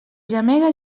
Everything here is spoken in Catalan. gemega